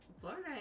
Florida